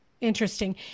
Interesting